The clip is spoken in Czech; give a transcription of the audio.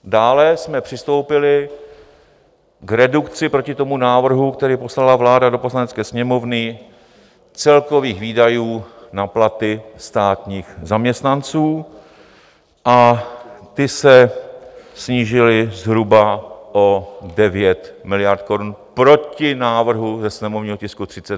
Dále jsme přistoupili k redukci proti tomu návrhu, který poslala vláda do Poslanecké sněmovny, celkových výdajů na platy státních zaměstnanců, ty se snížily zhruba o 9 miliard korun proti návrhu ze sněmovního tisku 32.